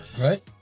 Right